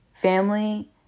Family